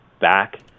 back